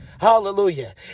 Hallelujah